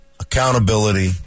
Accountability